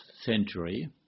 century